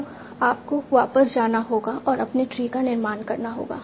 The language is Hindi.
अब आपको वापस जाना होगा और अपने ट्री का निर्माण करना होगा